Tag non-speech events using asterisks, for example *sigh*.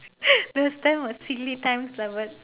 *laughs* the times was silly times lah but